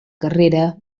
carrera